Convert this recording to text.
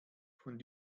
von